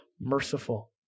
merciful